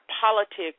politics